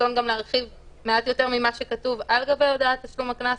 הרצון להרחיב מעט יותר ממה שכתוב על גבי הודעת תשלום הקנס.